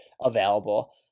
available